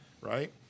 right